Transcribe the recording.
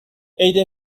عید